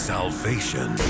Salvation